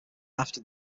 after